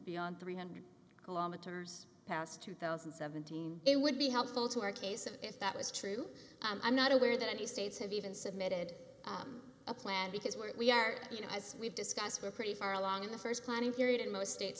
beyond three hundred kilometers past two thousand and seventeen it would be helpful to our case of if that was true i'm not aware that any states have even submitted a plan because where we are you know as we've discussed we're pretty far along in the st planning period in most states